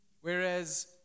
whereas